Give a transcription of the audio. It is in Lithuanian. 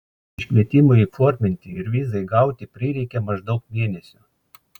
iškvietimui įforminti ir vizai gauti prireikė maždaug mėnesio